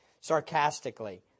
sarcastically